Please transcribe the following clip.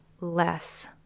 less